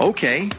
Okay